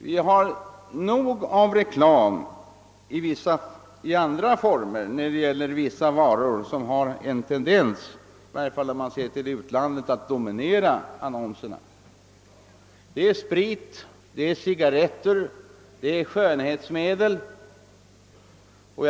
Vi har nog av reklam i andra former för vissa varor, som har en tendens — i varje fall att döma av erfarenheterna från utlandet — att dominera annonserna: sprit, cigarretter och skönhetsmedel o. d.